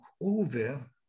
over